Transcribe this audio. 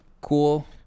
Cool